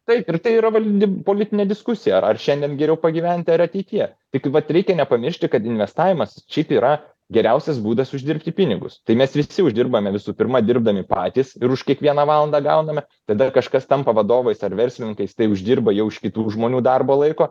taip ir tai yra vald politinė diskusija ar šiandien geriau pagyventi ar ateityje tik vat reikia nepamiršti kad investavimas šiaip yra geriausias būdas uždirbti pinigus tai mes visi uždirbame visų pirma dirbdami patys ir už kiekvieną valandą gauname tada kažkas tampa vadovais ar verslininkais tai uždirba jau iš kitų žmonių darbo laiko